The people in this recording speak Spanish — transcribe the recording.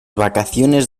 vacaciones